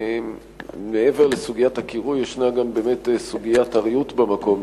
מעבר לסוגיית הקירוי ישנה גם סוגיית הריהוט במקום.